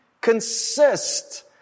consist